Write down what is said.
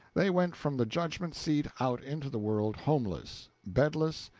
they went from the judgment seat out into the world homeless, bedless,